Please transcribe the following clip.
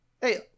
Hey